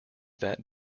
that